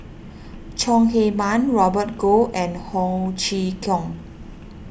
Chong Heman Robert Goh and Ho Chee Kong